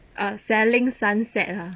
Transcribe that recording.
ah selling sunset ah